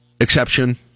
exception